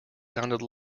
sounded